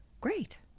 great